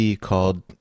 called